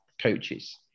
coaches